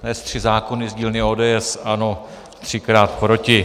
Dnes tři zákony z dílny ODS, ANO třikrát proti.